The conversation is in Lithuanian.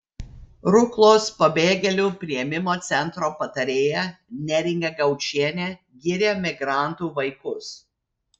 ruklos pabėgėlių priėmimo centro patarėja neringa gaučienė giria migrantų vaikus